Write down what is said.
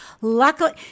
Luckily